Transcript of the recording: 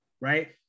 right